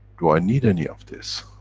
do i need any of this?